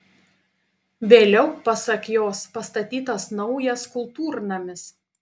vėliau pasak jos pastatytas naujas kultūrnamis